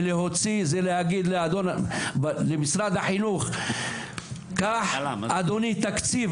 ולהגיד למשרד החינוך: קח תקציב,